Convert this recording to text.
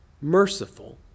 merciful